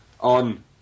...on